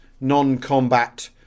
non-combat